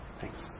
Thanks